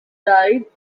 died